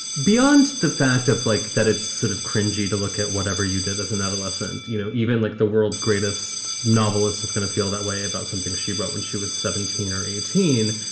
beyond the fact of like that, it's sort of cringely to look at whatever you did as an adolescent, you know, even like the world's greatest novelists. it's going to feel that way about something she wrote when she was seventeen or eighteen.